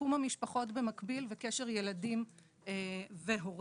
שיקום המשפחות במקביל וקשר ילדים והורים.